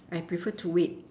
I prefer to wait